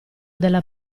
della